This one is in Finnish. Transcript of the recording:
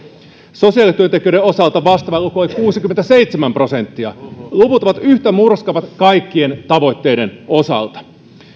sosiaalityöntekijöiden osalta vastaava luku oli kuusikymmentäseitsemän prosenttia luvut ovat yhtä murskaavat kaikkien tavoitteiden osalta